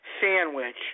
sandwich